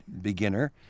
beginner